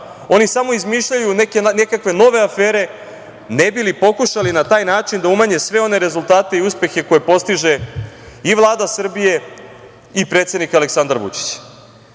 oni samo izmišljaju nekakve nove afere, ne bi li pokušali na taj način da umanje sve one rezultate i uspehe koje postiže i Vlada Srbije i predsednik Aleksandar Vučić. Ja